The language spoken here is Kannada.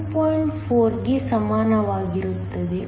4 ಕ್ಕೆ ಸಮಾನವಾಗಿರುತ್ತದೆ